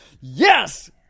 Yes